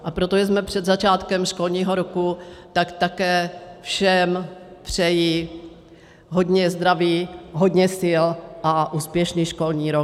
A protože jsme před začátkem školního roku, tak také všem přeji hodně zdraví, hodně sil a úspěšný školní rok.